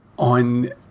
On